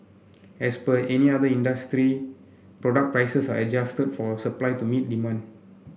as per any other industry product prices are adjusted for supply to meet demand